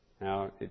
Now